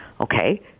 Okay